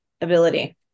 ability